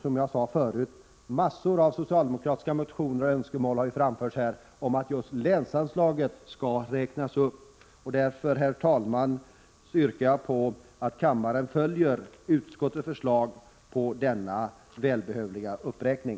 Som jag sade förut har det framförts mängder av socialdemokratiska motioner och önskemål om att just länsanslaget skall räknas upp. Därför, herr talman, yrkar jag att kammaren följer utskottets förslag om en sådan välbehövlig uppräkning.